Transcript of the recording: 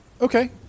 okay